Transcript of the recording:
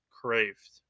craved